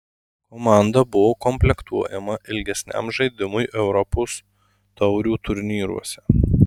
komanda buvo komplektuojama ilgesniam žaidimui europos taurių turnyruose